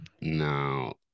Now